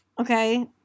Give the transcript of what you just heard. Okay